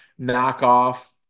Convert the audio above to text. knockoff